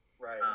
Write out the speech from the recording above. right